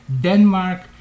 Denmark